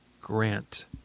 Grant